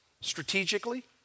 strategically